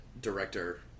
director